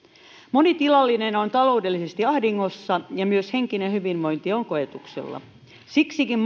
moni tilallinen on taloudellisesti ahdingossa ja myös henkinen hyvinvointi on koetuksella siksikin